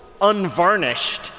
unvarnished